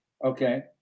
Okay